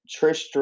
Trish